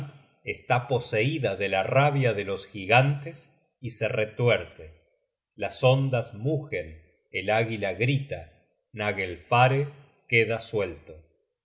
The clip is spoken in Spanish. está poseida de la rabia de los gigantes y se retuerce las ondas mugen el águila grita nagelfare queda suelto